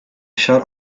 shirt